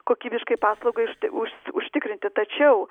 kokybiškai paslaugai už už užtikrinti tačiau